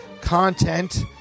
content